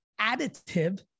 additive